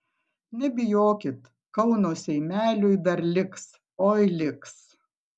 nebijokit kauno seimeliui dar liks oi liks